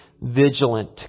vigilant